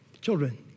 Children